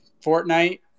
Fortnite